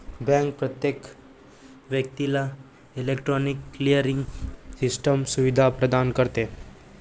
bank प्रत्येक व्यक्तीला electronic clearing system सुविधा प्रदान करते